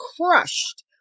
crushed